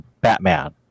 Batman